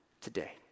today